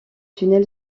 tunnel